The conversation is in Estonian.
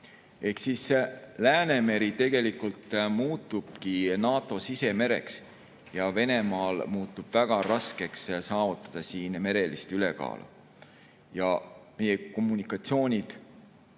Ehk Läänemeri tegelikult muutubki NATO sisemereks ja Venemaal on väga raske saavutada siin merelist ülekaalu. Meie kommunikatsioonid